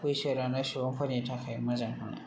बैसो रानाय सुबुंफोरनो मोजां